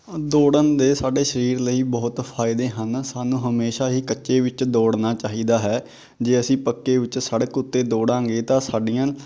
ਦੌੜਨ ਦੇ ਸਾਡੇ ਸਰੀਰ ਲਈ ਬਹੁਤ ਫਾਇਦੇ ਹਨ ਸਾਨੂੰ ਹਮੇਸ਼ਾਂ ਹੀ ਕੱਚੇ ਵਿੱਚ ਦੌੜਨਾ ਚਾਹੀਦਾ ਹੈ ਜੇ ਅਸੀਂ ਪੱਕੇ ਵਿੱਚ ਸੜਕ ਉੱਤੇ ਦੌੜਾਂਗੇ ਤਾਂ ਸਾਡੀਆਂ